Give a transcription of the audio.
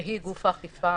שהיא גוף האכיפה